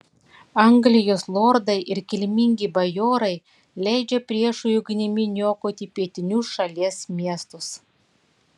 anglijos lordai ir kilmingi bajorai leidžia priešui ugnimi niokoti pietinius šalies miestus